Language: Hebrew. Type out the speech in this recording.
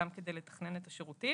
גם כדי לתכנן את השירותים,